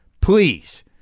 please